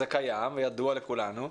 זה קיים וידוע לכולנו,